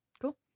Cool